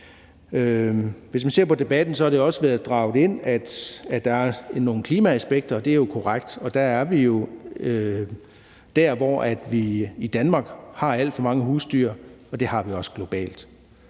Hvis man ser på debatten, har det også været draget ind, at der er nogle klimaaspekter, og det er jo korrekt. Og der er vi jo der, hvor vi i Danmark har alt for mange husdyr, og det har vi også globalt.